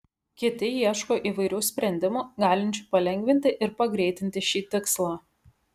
kiti ieško įvairių sprendimų galinčių palengvinti ir pagreitinti šį tikslą